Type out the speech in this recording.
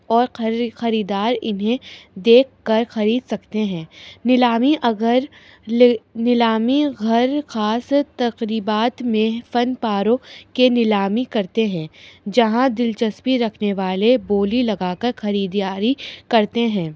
اور خرید خریدار انہیں دیکھ کر خرید سکتے ہیں نیلامی اگر نیلامی گھر خاص تقریبات میں فن پاروں کے نیلامی کرتے ہیں جہاں دلچسپی رکھنے والے بولی لگا کر خریداری کرتے ہیں